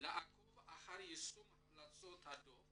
לעקוב אחר יישום המלצות הדו"ח